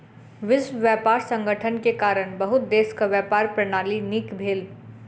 विश्व व्यापार संगठन के कारण बहुत देशक व्यापार प्रणाली नीक भेल